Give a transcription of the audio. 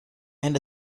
and